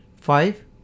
Five